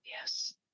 Yes